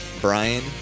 Brian